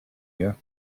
you